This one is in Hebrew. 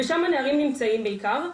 ושם הנערים נמצאים בעיקר.